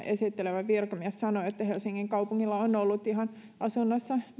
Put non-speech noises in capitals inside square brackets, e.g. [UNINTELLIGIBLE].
[UNINTELLIGIBLE] esittelevä virkamies sanoi että helsingin kaupungilla on ollut ihan